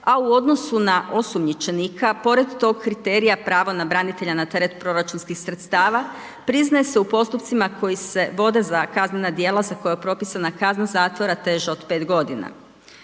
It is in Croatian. a u odnosu na osumnjičenika, pored tog kriterija pravo na branitelja na teret proračunskih sredstava priznaje se u postupcima koji se vode za kaznena djela za koja je propisana kazna zatvora teža od 5 godina.